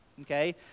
okay